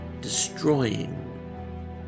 destroying